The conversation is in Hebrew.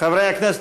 חברי הכנסת,